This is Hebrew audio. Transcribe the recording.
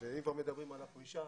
ואם כבר מדברים על הפרישה,